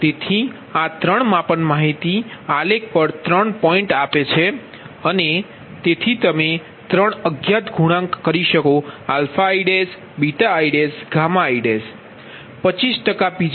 તેથી 3 માપન માહિતી આલેખ પર 3 પોઇન્ટ આપે છે અને તેથી અમે 3 અજ્ઞાત ગુણાંક કરી શકો i iiછો